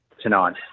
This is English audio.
tonight